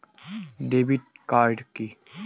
Debit card key?